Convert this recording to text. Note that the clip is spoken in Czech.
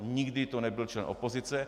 Nikdy to nebyl člen opozice.